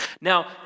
Now